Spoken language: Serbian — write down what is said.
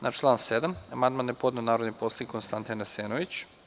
Na član 7. amandman je podneo narodni poslanik Konstantin Arsenović.